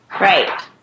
Right